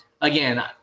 again